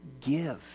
give